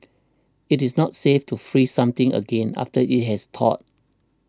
it is not safe to freeze something again after it has thawed